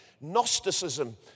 Gnosticism